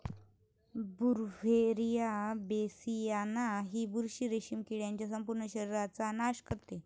Beauveria bassiana ही बुरशी रेशीम किडीच्या संपूर्ण शरीराचा नाश करते